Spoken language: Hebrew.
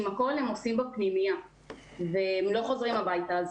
הכול הם עושים בפנימייה והם לא חוזרים הביתה,